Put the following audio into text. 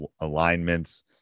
alignments